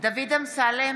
דוד אמסלם,